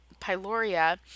pyloria